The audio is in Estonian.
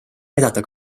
näidata